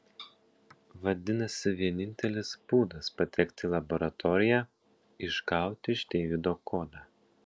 vadinasi vienintelis būdas patekti į laboratoriją išgauti iš deivido kodą